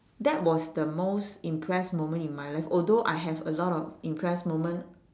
that was the most impress moment in my life although I have a lot of impress moment